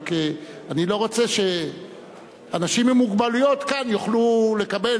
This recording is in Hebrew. רק אני לא רוצה שאנשים עם מוגבלויות כאן יוכלו לקבל